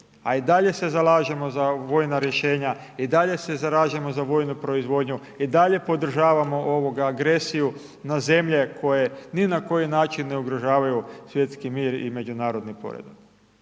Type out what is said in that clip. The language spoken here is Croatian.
a i dalje se zalažemo za vojna rješenja i dalje se zalažemo za vojnu proizvodnju i dalje podržavamo ovoga agresiju na zemlje koje ni na koji način ne ugrožavaju svjetski mir i međunarodni poredak.